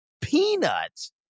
peanuts